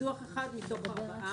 קידוח אחד מתוך ארבעה.